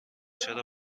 چرا